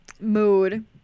Mood